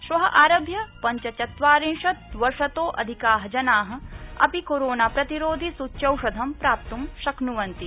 श्व आरभ्य पंचत्वारिंशत्वर्षतो अधिका जना अपि कोरोना प्रतिरोधि सूच्यौषधं प्राप्तुं शक्नुवन्ति